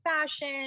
fashion